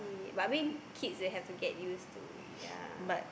but I mean kids will have to get used to yeah